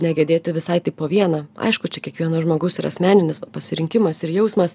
negedėti visai taip po vieną aišku čia kiekvieno žmogaus yra asmeninis pasirinkimas ir jausmas